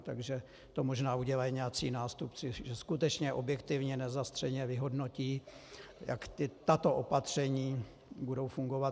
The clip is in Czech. Takže to možná udělají nějací nástupci, že skutečně objektivně nezastřeně vyhodnotí, jak tato opatření budou fungovat.